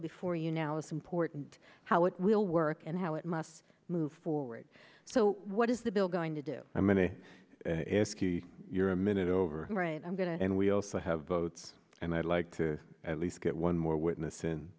before you now is important how it will work and how it must move forward so what is the bill going to do a many if you're a minute over right i'm going to and we also have votes and i'd like to at least get one more witness